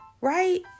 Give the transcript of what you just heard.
right